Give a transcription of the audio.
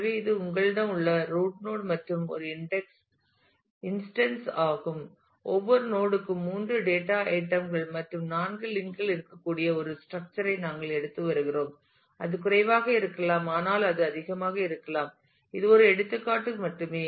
எனவே இது உங்களிடம் உள்ள ரூட் நோட் மற்றும் ஒரு இன்ஸ்டன்ஸ் ஆகும் ஒவ்வொரு நோட் க்கும் 3 டேட்டா ஐட்டம் கள் மற்றும் 4 லிங்க் கள் இருக்கக்கூடிய ஒரு ஸ்ட்ரக்சர் ஐ நாங்கள் எடுத்து வருகிறோம் அது குறைவாக இருக்கலாம் ஆனால் அது அதிகமாக இருக்கலாம் இது ஒரு எடுத்துக்காட்டுக்கு மட்டுமே